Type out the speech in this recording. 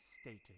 stated